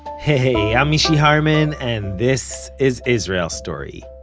hey, i'm mishy harman, and this is israel story.